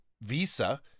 visa